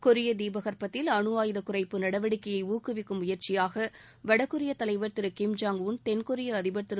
கொரிய தீபகற்பத்தில் அணு ஆயுத குறைப்பு நடவடிக்கையை ஊக்குவிக்கும் முயற்சியாக வடகொரிய தலைவர் திருகிம் ஜாங் உள் தெள் கொரிய அதிபர் திரு